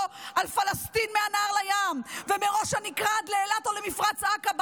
על פלסטין מהנהר לים ומראש הנקרה עד לאילת או למפרץ עקבה.